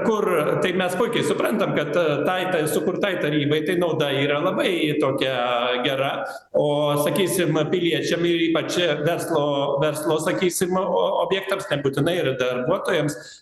kur tai mes puikiai suprantam kad tai tai sukurtai tarybai tai nauda yra labai tokia gera o sakysim piliečiam ir ypač verslo verslo sakysim objektams nebūtinai ir darbuotojams